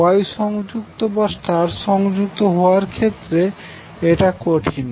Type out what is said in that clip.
Y সংযুক্ত বা star সংযুক্ত হওয়ার ক্ষেত্রে এটা কঠিন